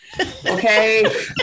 Okay